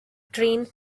train